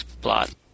plot